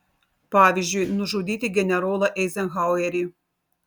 pavyzdžiui nužudyti generolą eizenhauerį